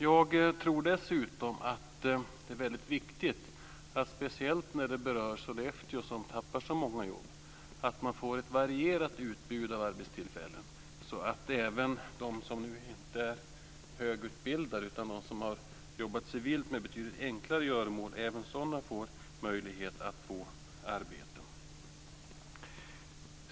Jag tror dessutom att det är väldigt viktigt, speciellt när det gäller Sollefteå som tappar så många jobb, att det blir ett varierat utbud av arbetstillfällen, så att även de som inte är högutbildade utan som har jobbat civilt med betydligt enklare göromål får möjlighet till arbete.